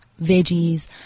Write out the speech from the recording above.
veggies